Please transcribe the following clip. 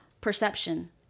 perception